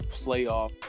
playoff